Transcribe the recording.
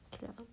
K lah